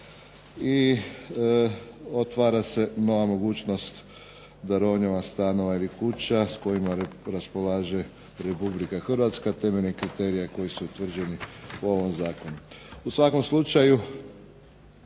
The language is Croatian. I otvara se nova mogućnost darovanja stanova ili kuća s kojima raspolaže Republika Hrvatska temeljem kriterija koji su utvrđeni u ovom zakonu. U svakom slučaju